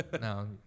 No